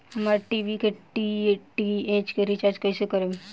हमार टी.वी के डी.टी.एच के रीचार्ज कईसे करेम?